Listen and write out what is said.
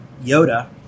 Yoda